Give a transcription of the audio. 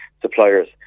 suppliers